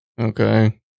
Okay